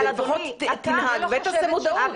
לפחות תנהג ותעשה מודעות.